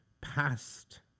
past